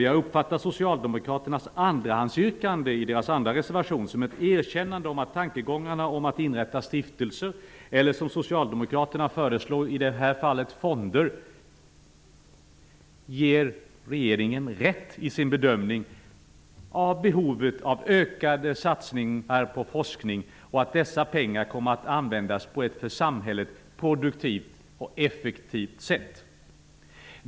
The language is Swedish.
Jag uppfattar Socialdemokraternas andrahandsyrkande i deras andra reservation som ett erkännande om att tankegångarna om att inrätta stiftelser -- eller som Socialdemokraterna föreslår fonder -- ger regeringen rätt i dess bedömning av behovet av ökade satsningar på forskning och av att dessa pengar kommer att användas på ett för samhället produktivt och effektivt sätt.